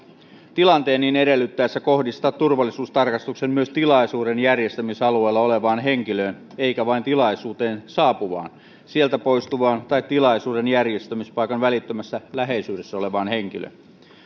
tilanteen niin edellyttäessä kohdistaa turvallisuustarkastuksen myös tilaisuuden järjestämisalueella olevaan henkilöön eikä vain tilaisuuteen saapuvaan sieltä poistuvaan tai tilaisuuden järjestämispaikan välittömässä läheisyydessä olevaan henkilöön